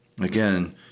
Again